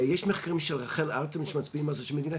יש מחקרים של רחל ארטום שמצביעים על זה שמדינת